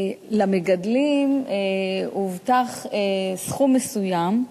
למגדלים הובטח סכום מסוים,